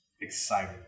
excited